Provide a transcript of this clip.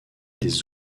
des